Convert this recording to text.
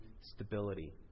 stability